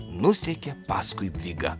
nusekė paskui vigą